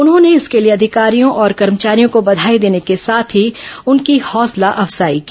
उन्होंने इसके लिए अधिकारियों और कर्मचारियों को बधाई देने के साथ उनकी हौसला अफजाई की